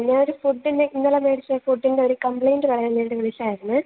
ഞാൻ ഒരു ഫുഡ്ഡിൻ്റെ ഇന്നലെ മേടിച്ച ഫുഡ്ഡിൻ്റെ ഒരു കംപ്ലൈന്റ്റ് പറയാൻ വേണ്ടി വിളിച്ചതായിരുന്നേ